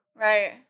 Right